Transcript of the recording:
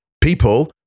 people